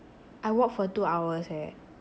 I walked for two hours eh